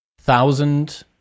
thousand